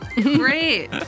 Great